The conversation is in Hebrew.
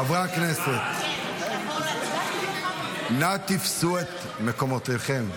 חברי הכנסת, נא תפסו את מקומותיכם.